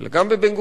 אלא גם בבן-גוריון,